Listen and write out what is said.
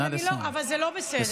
אבל זה לא בסדר.